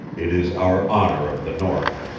it is our honor of the north.